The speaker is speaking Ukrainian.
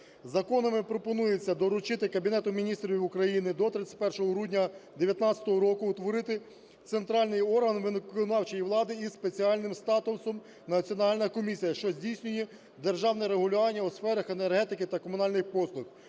Законами пропонується доручити Кабінету Міністрів України до 31 грудня 2019 року утворити центральний орган виконавчої влади із спеціальним статусом: Національна комісія, що здійснює державне регулювання у сферах енергетики та комунальних послуг.